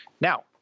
Now